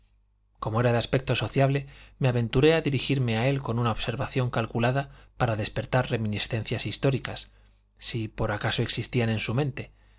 como era de aspecto sociable me aventuré a dirigirme a él con una observación calculada para despertar reminiscencias históricas si por acaso existían en su mente